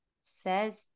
says